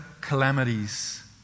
calamities